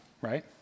right